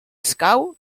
escau